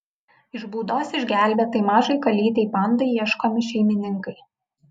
iš būdos išgelbėtai mažai kalytei pandai ieškomi šeimininkai